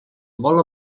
vol